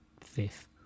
fifth